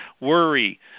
worry